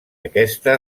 aquesta